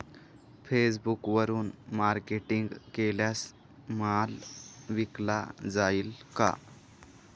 फेसबुकवरुन मार्केटिंग केल्यास माल विकला जाईल का?